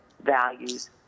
values